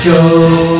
Joe